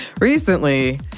Recently